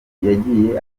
yagiye